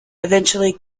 eventually